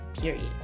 period